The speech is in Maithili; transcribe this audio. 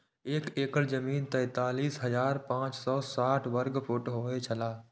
एक एकड़ जमीन तैंतालीस हजार पांच सौ साठ वर्ग फुट होय छला